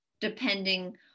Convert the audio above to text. depending